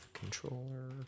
Controller